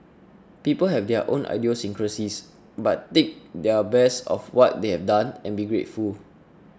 people have their own idiosyncrasies but take their best of what they have done and be grateful